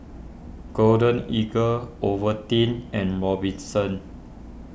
Golden Eagle Ovaltine and Robinsons